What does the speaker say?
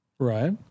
Right